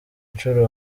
nshuro